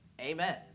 Amen